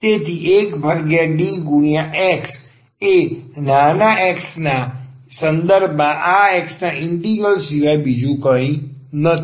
તેથી 1DX એ નાના એક્સના સંદર્ભમાં આ એક્સના ઇન્ટિગ્રલ સિવાય કંઈ નથી